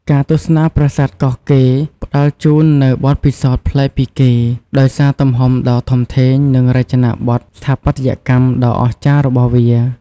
ការទស្សនាប្រាសាទកោះកេរផ្តល់ជូននូវបទពិសោធន៍ប្លែកពីគេ ដោយសារទំហំដ៏ធំធេង និងរចនាបថស្ថាបត្យកម្មដ៏អស្ចារ្យរបស់វា។